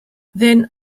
then